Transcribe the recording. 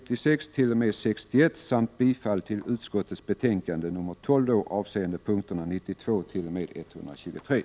12 april 1989 Herr talman! Jag yrkar avslag på reservationerna 56-61 samt bifall till